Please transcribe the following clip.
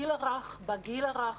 בגיל הרך,